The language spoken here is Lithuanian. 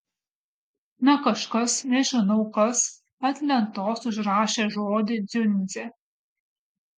na kažkas nežinau kas ant lentos užrašė žodį dziundzė